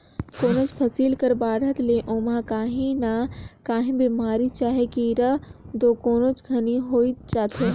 कोनोच फसिल कर बाढ़त ले ओमहा काही न काही बेमारी चहे कीरा दो कोनोच घनी होइच जाथे